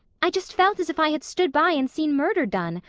i just felt as if i had stood by and seen murder done.